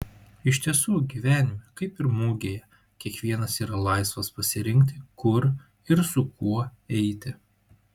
iš tiesų gyvenime kaip ir mugėje kiekvienas yra laisvas pasirinkti kur ir su kuo eiti